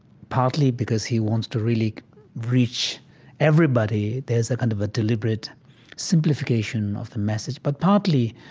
partly because he wants to really reach everybody, there's a kind of deliberate simplification of the message. but partly,